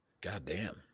Goddamn